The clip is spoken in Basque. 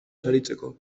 saritzeko